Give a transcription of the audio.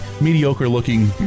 mediocre-looking